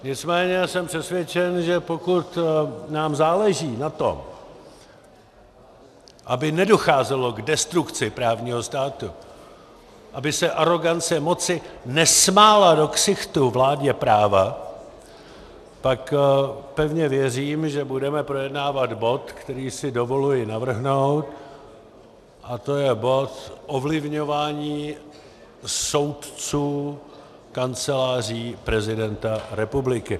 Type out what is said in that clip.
Nicméně jsem přesvědčen, že pokud nám záleží na tom, aby nedocházelo k destrukci právního státu, aby se arogance moci nesmála do ksichtu vládě práva, pak pevně věřím, že budeme projednávat bod, který si dovoluji navrhnout, a to je bod Ovlivňování soudců Kanceláří prezidenta republiky.